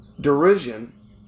derision